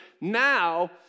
now